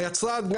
היצרן,